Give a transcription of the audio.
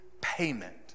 payment